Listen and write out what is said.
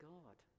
God